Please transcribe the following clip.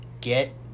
Get